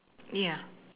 yeah